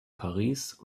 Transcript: paris